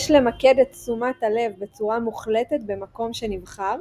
יש למקד את תשומת הלב בצורה מוחלטת במקום שנבחר,